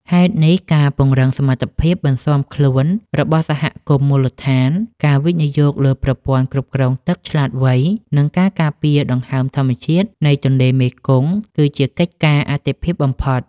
ហេតុនេះ ការពង្រឹងសមត្ថភាពបន្ស៊ាំខ្លួនរបស់សហគមន៍មូលដ្ឋាន ការវិនិយោគលើប្រព័ន្ធគ្រប់គ្រងទឹកឆ្លាតវៃ និងការការពារដង្ហើមធម្មជាតិនៃទន្លេមេគង្គ គឺជាកិច្ចការអាទិភាពបំផុត។